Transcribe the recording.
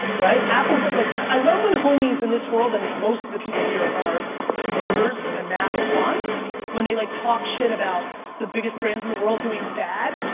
right? ah but like i love when homies in this world and most of the people here are converters and math and quant when they like talk shit about the biggest brands in the world doing bad.